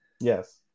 yes